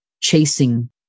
chasing